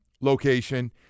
location